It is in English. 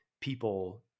people